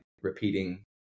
repeating